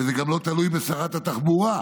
וזה גם לא תלוי בשרת התחבורה,